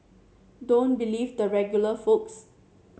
don't believe the regular folks